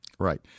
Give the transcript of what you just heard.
Right